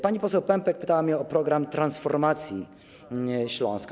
Pani poseł Pępek pytała mnie o program transformacji Śląska.